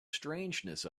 strangeness